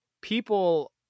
People